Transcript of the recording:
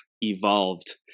evolved